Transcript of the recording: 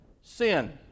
sin